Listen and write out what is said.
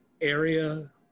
area